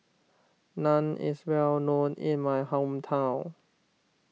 Naan is well known in my hometown